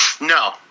No